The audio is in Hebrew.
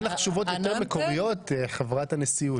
אין לך תשובות מקוריות, חברת הנשיאות?